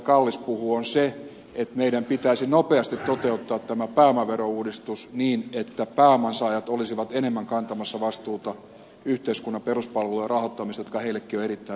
kallis puhuu on se että meidän pitäisi nopeasti toteuttaa tämä pääomaverouudistus niin että pääoman saajat olisivat enemmän kantamassa vastuuta yhteiskunnan peruspalvelujen jotka heillekin ovat erittäin tärkeitä rahoittamisesta